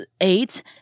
eight